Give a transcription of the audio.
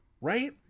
right